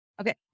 Okay